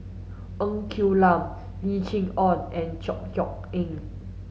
Ng Quee Lam Lim Chee Onn and Chor Yeok Eng